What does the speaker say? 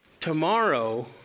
Tomorrow